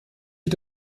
wie